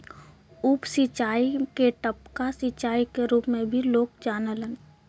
उप सिंचाई के टपका सिंचाई क रूप में भी लोग जानलन